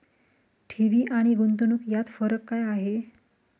ठेवी आणि गुंतवणूक यात फरक काय आहे?